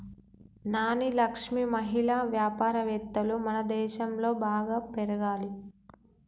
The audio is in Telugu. నాని లక్ష్మి మహిళా వ్యాపారవేత్తలు మనదేశంలో బాగా పెరగాలి